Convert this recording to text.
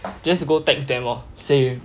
just go text them lor say